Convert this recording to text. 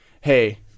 hey